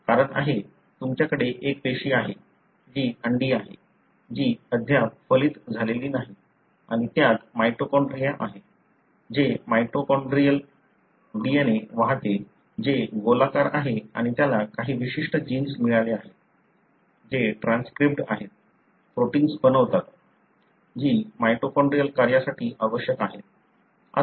कारण आहे तुमच्याकडे एक पेशी आहे जी अंडी आहे जी अद्याप फलित झालेली नाही आणि त्यात माइटोकॉन्ड्रिया आहे जे माइटोकॉन्ड्रियल DNA वाहते जे गोलाकार आहे आणि त्याला काही विशिष्ट जीन्स मिळाले आहेत जे ट्रान्सक्राइबड्ड आहेत प्रोटिन्स बनवतात जी माइटोकॉन्ड्रियल कार्यासाठी आवश्यक आहेत